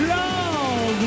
love